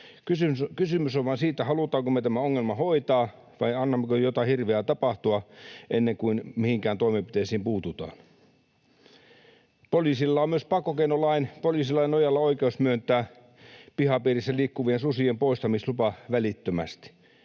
Kysymys on vain siitä, halutaanko me tämä ongelma hoitaa vai annammeko jotain hirveää tapahtua ennen kuin mihinkään toimenpiteisiin puututaan. Poliisilla on myös pakkokeinolain, poliisilain nojalla oikeus myöntää pihapiirissä liikkuvien susien poistamislupa välittömästi.